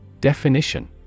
Definition